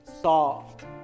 soft